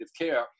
care